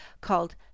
called